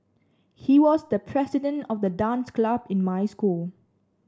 he was the president of the dance club in my school